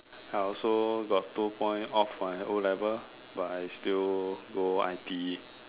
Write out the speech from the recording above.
I also got two point of my o-levels but I still go I_T_E